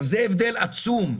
זה הבדל עצום.